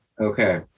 Okay